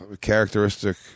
Characteristic